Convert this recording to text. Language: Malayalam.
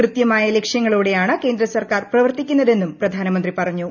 കൃത്യമായ ലക്ഷ്യങ്ങളോടെയാണ് കേന്ദ്രസർക്കാർ പ്രവർത്തിക്കുന്നതെന്നും പ്രധാനമന്ത്രി പറഞ്ഞു